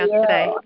today